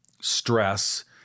stress